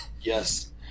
Yes